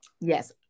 Yes